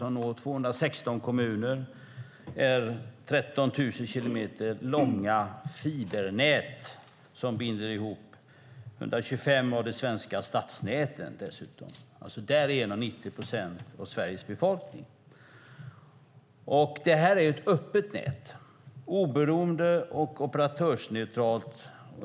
Det når 216 kommuner och består av 13 000 kilometer fibernät, som dessutom binder ihop 125 av de svenska stadsnäten och därigenom 90 procent av Sveriges befolkning. Detta är ett öppet nät, oberoende och operatörsneutralt.